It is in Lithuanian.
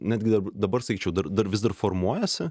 netgi dabar sakyčiau dar vis dar formuojasi